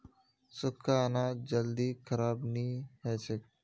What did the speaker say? सुख्खा अनाज जल्दी खराब नी हछेक